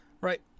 Right